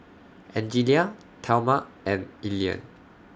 Angelia Thelma and Elian